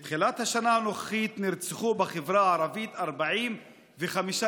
מתחילת השנה הנוכחית נרצחו בחברה הערבית 45 אזרחים,